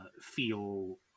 feel